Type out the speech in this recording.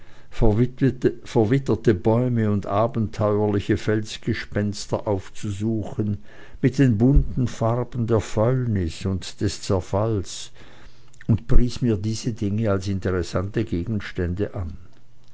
verwitterte bäume und abenteuerliche felsgespenster aufzusuchen mit den bunten farben der fäulnis und des zerfalles und pries mir diese dinge als interessante gegenstände an